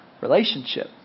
Relationship